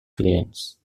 clients